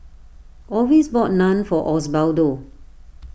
Orvis bought Naan for Osbaldo